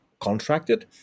contracted